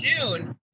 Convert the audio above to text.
June